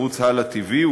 ערוץ "הַלָא TV",